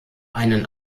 einen